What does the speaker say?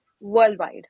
worldwide